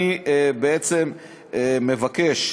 אני בעצם מבקש,